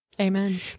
Amen